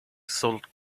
sold